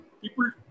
people